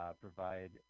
provide